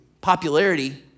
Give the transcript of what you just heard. popularity